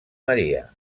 maria